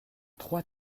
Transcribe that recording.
trois